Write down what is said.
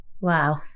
Wow